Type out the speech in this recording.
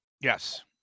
Yes